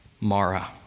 Mara